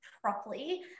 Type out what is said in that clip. properly